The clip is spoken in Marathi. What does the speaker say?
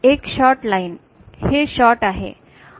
हे शॉर्ट आहे